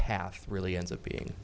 path really ends up being